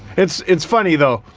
it's it's funny though,